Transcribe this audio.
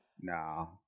no